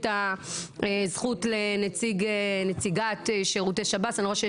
תמי, נציגת שב"ס, בבקשה.